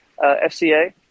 FCA